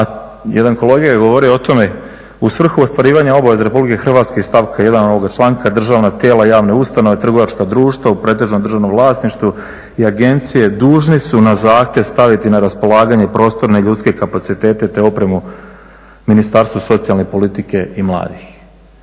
a jedan kolega je govorio o tome, u svrhu ostvarivanja obaveza Republike Hrvatske iz stavka 1. ovoga članka državna tijela, javne ustanove, trgovačka društva u pretežno državnom vlasništvu i agencije dužne su na zahtjev staviti na raspolaganje prostorne i ljudske kapacitete te opremu Ministarstvu socijalne politike i mladih.